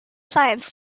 science